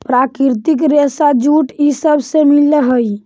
प्राकृतिक रेशा जूट इ सब से मिल हई